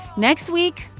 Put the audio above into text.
next week,